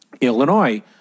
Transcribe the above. Illinois